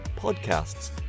podcasts